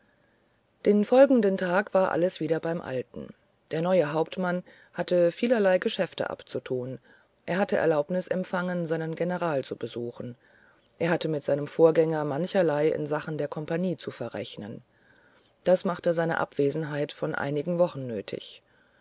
den folgenden tag war alles wieder beim alten der neue hauptmann hatte vielerlei geschäfte abzutun er hatte erlaubnis empfangen seinen general zu besuchen er hatte mit seinem vorgänger mancherlei in sachen der kompanie zu verrechnen das machte eine abwesenheit von einigen wochen nötig